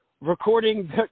recording